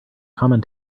common